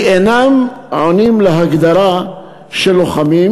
כי הם אינם עונים להגדרה של לוחמים,